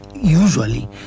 Usually